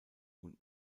und